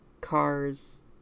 Cars